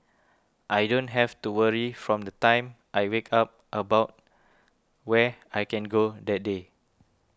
I don't have to worry from the time I wake up about where I can go that day